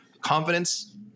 Confidence